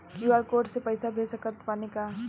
QR code से पईसा भेज सक तानी का?